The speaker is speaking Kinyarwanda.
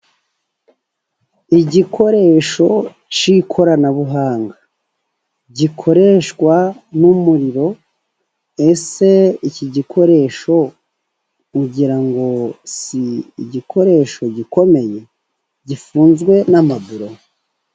Igikoresho cy'ikoranabuhanga, gikoreshwa n'umuriro. Ese iki gikoresho ugira ngo si igikoresho gikomeye gifunzwe n'amaburo?